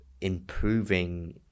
improving